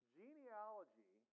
genealogy